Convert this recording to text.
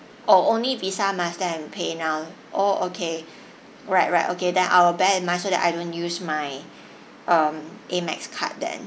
oh only visa master and paynow oh okay right right okay then I will bear in mind so that I don't use my um AMEX card then